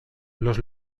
los